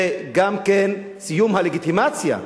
זה גם סיום הלגיטימציה,